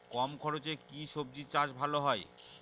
কম খরচে কি সবজি চাষ ভালো হয়?